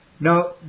Now